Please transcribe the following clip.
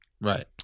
Right